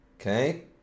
Okay